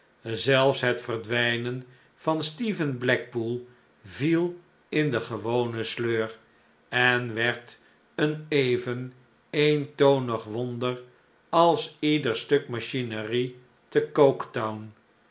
zelfs het verdwijnen van stephen blackpool viel in de gewone sleur en werd een even eentonig wonder als ieder stuk machinerie te coke town